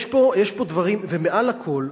ומעל לכול,